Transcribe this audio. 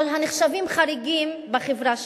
או הנחשבים חריגים בחברה שלהן.